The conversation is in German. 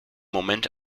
moment